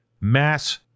mass